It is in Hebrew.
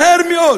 מהר מאוד